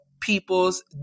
people's